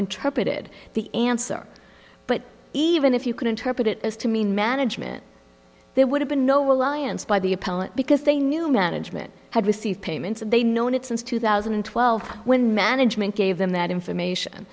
interpreted the answer but even if you can interpret it as to mean management there would have been no reliance by the appellant because they new management had received payments and they known it since two thousand and twelve when management gave them that information